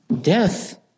Death